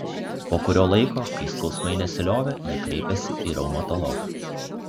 po kurio laiko kai skausmai nesiliovė ji kreipėsi į reumatologą